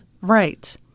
Right